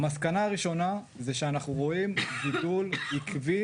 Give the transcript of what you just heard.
המסקנה הראשונה שאנחנו רואים גידול עקבי